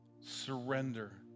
Surrender